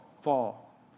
Fall